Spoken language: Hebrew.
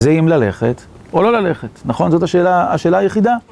זה אם ללכת או לא ללכת, נכון? זאת השאלה היחידה?